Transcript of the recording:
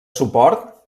suport